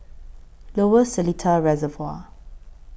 Lower Seletar Reservoir